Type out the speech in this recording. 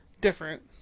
different